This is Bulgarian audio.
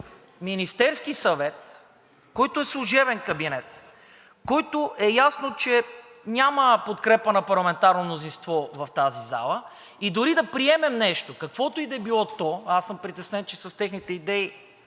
Министерския съвет, който е служебен кабинет, за който е ясно, че няма подкрепата на парламентарното мнозинство в тази зала, и дори да приемем нещо, каквото и да е било то, а аз съм притеснен, че с техните идеи